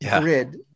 grid